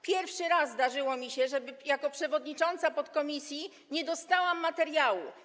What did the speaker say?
Pierwszy raz zdarzyło mi się, żebym jako przewodnicząca podkomisji nie dostała materiału.